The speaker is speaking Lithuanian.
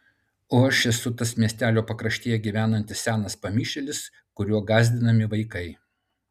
o aš esu tas miestelio pakraštyje gyvenantis senas pamišėlis kuriuo gąsdinami vaikai